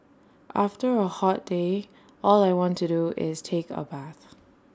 after A hot day all I want to do is take A bath